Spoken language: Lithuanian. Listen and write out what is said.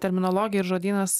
terminologija ir žodynas